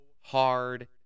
hard